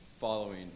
following